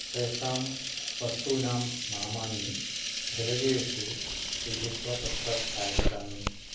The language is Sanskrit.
तेषां वस्तूनां नामानि फलकेषु लिखित्वा तत्र स्थापितानि